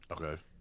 Okay